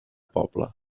poble